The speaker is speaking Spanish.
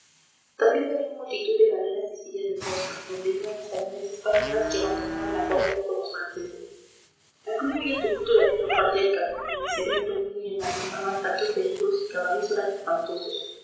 también había multitud de galeras y sillas de posta donde iban las familias españolas que abandonaban la corte con los franceses el ruido y el tumulto de aquella parte del camino donde se habían reunido y amalgamaban tantos vehículos y caballos eran espantosos